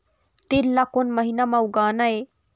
तील ला कोन महीना म उगाना ये?